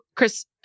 Chris